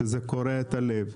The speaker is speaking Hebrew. שזה קורע את הלב.